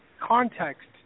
context